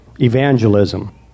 evangelism